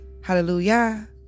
hallelujah